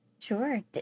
Sure